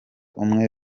umwe